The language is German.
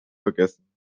vergessen